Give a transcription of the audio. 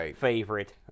favorite